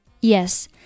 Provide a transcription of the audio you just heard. Yes